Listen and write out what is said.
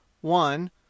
one